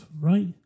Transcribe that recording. right